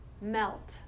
melt